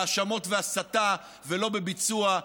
בהאשמות והסתה ולא בביצוע.